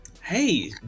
Hey